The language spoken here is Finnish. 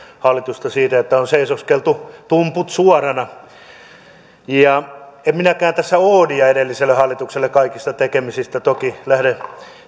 hallitusta siitä että on seisoskeltu tumput suorana en minäkään tässä oodia edelliselle hallitukselle kaikista tekemisistä toki lähde